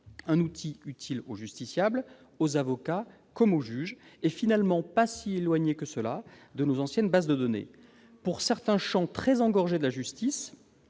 un outil utile aux justiciables, aux avocats comme aux juges, et finalement pas si éloigné de nos anciennes bases de données. Pour certains champs très engorgés de la justice,